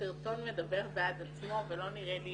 הסרטון מדבר בעד עצמו ולא נראה לי